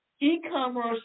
E-commerce